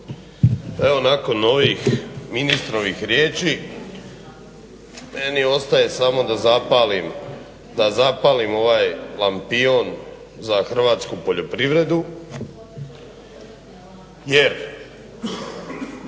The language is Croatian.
Evo nakon ovih ministrovih riječi meni ostaje samo da zapalim ovaj lampion za hrvatsku poljoprivredu jer